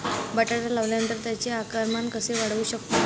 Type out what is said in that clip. बटाटा लावल्यानंतर त्याचे आकारमान कसे वाढवू शकतो?